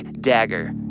Dagger